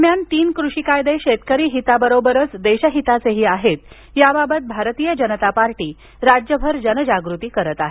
दरम्यान तीन कृषी कायदे शेतकरी हिताबरोबरच देशहिताचेही आहेत याबाबत भारतीय जनता पार्टी राज्यभर जनजागृती करत आहे